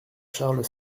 charles